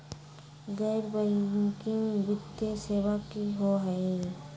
गैर बैकिंग वित्तीय सेवा की होअ हई?